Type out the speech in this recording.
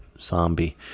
zombie